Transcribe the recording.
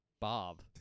Bob